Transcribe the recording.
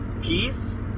peace